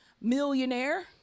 millionaire